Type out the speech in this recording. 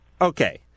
Okay